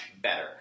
better